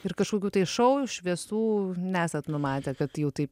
ir kažkokių tai šou šviesų nesat numatę kad jau taip